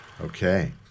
Okay